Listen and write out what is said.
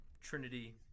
Trinity